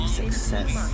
success